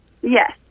Yes